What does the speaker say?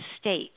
state